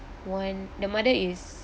one the mother is